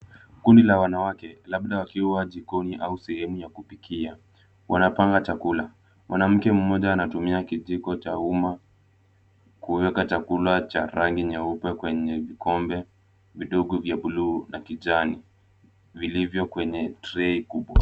Kundi la wanawake labda wakiwa jikoni au sehemu ya kupikia. Wanapanga chakula. Mwanamke mmoja anatumia kijiko cha umma kuweka chakula cha rangi nyeupe kwenye vikombe vidogo vya buluu na kijani, vilivyo kwenye tray kubwa.